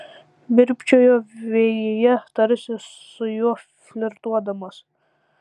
virpčiojo vėjyje tarsi su juo flirtuodamos